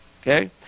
Okay